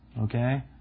Okay